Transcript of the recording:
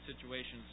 situations